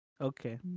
okay